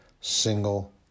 single